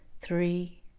three